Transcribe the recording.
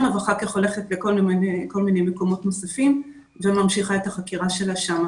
ואחר כך הולכת לכל מיני מקומות נוספים וממשיכה את החקירה שלה שם.